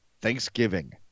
Thanksgiving